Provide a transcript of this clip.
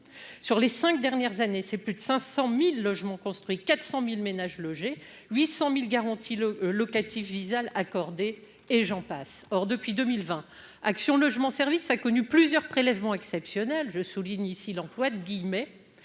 sur les 5 dernières années, c'est plus de 500000 logements construits 400000 ménages logés 800000 garantit le locative Visale accordé, et j'en passe, or depuis 2020 Action Logement service a connu plusieurs prélèvements exceptionnels, je souligne ici l'emploi de guillemets